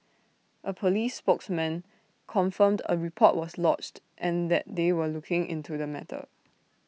A Police spokesman confirmed A report was lodged and that they were looking into the matter